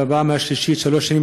בפעם השלישית בשלוש שנים,